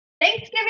Thanksgiving